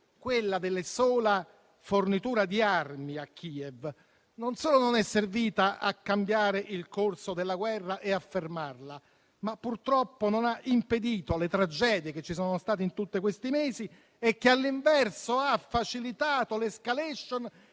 quella della sola fornitura di armi a Kiev, non solo non è servita a cambiare il corso della guerra e a fermarla, ma purtroppo non ha impedito le tragedie che ci sono state in tutti questi mesi e che all'inverso ha facilitato l'*escalation*